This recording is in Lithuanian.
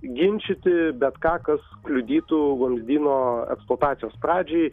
ginčyti bet ką kas kliudytų vamzdyno eksploatacijos pradžiai